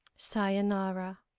sayonara.